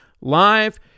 live